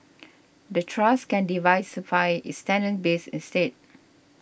the trust can diversify its tenant base instead